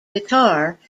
guitar